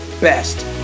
best